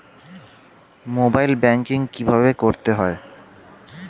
Mobile banking কীভাবে করতে হয়?